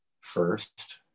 first